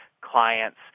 clients